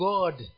God